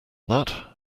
that